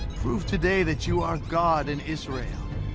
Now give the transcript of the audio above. prove today that you are god in israel,